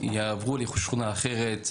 יעברו לשכונה אחרת,